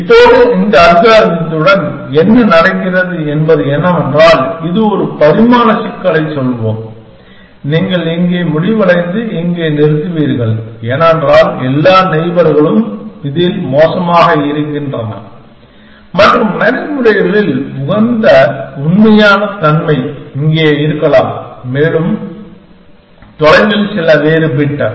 இப்போது இந்த அல்காரிதத்துடன் என்ன நடக்கிறது என்பது என்னவென்றால் இது ஒரு பரிமாண சிக்கலைச் சொல்வோம் நீங்கள் இங்கே முடிவடைந்து இங்கே நிறுத்துவீர்கள் ஏனென்றால் எல்லா நெய்பர்களும் இதில் மோசமாக இருக்கின்றன மற்றும் நடைமுறைகளில் உண்மையான உகந்த தன்மை இங்கே இருக்கலாம் அல்லது மேலும் தொலைவில் சில வேறு பிட்